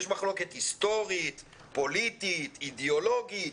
יש מחלוקת היסטורית, פוליטית, אידיאולוגית.